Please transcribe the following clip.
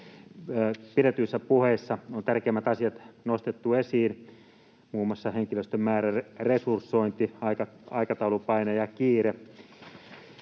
pidetyissä puheissa on tärkeimmät asiat nostettu esiin, muun muassa henkilöstön määrä, resursointi, aikataulupaine ja kiire.